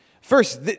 First